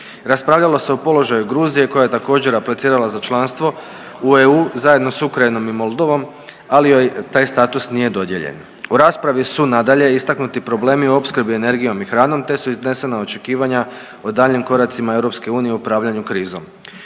Raspravljalo se o položaju Gruzije koja je također aplicirala za članstvo u EU zajedno s Ukrajinom i Moldovom, ali joj ta status nije dodijeljen. U raspravi su nadalje istaknuti problemi opskrbe energijom i hranom, te su iznesena očekivanja o daljnjim koracima EU u upravljanju krizom.